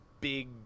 big